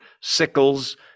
sickles